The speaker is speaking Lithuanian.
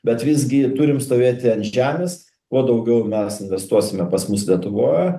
bet visgi turim stovėti ant žemės kuo daugiau mes investuosime pas mus lietuvoj